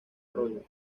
arroyo